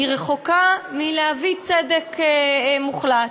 רחוקה מלהביא צדק מוחלט,